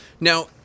Now